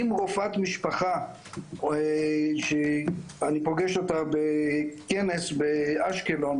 אם רופאת משפחה שאני פוגש אותה בכנס באשקלון